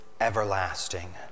everlasting